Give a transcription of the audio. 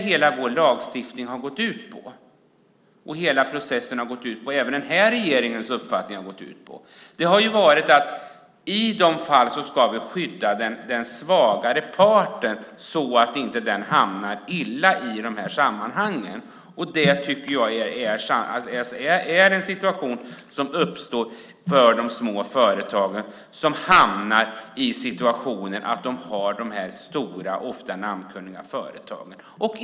Hela vår lagstiftning, hela processen och även den här regeringens uppfattning har gått ut på att vi i dessa fall ska skydda den svagare parten så att den inte hamnar illa till i dessa sammanhang. Jag tycker att det är en situation som uppstår för de små företagen när det gäller dessa stora ofta namnkunniga företag.